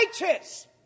righteous